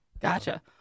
Gotcha